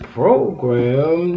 program